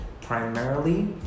primarily